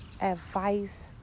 advice